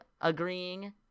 agreeing